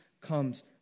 comes